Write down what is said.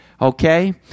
Okay